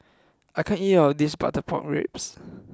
I can't eat all of this Butter Pork Ribs